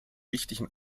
wichtigen